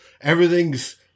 everything's